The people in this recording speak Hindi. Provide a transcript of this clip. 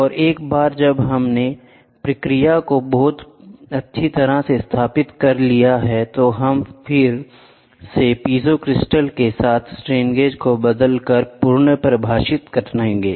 और एक बार जब हमने प्रक्रिया को बहुत अच्छी तरह से स्थापित कर लिया है तो अब हम फिर से पीजो क्रिस्टल के साथ स्ट्रेन गेज को बदलकर पुनर्परिभाषित करेंगे